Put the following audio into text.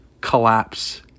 collapse